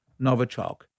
Novichok